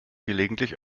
gelegentlich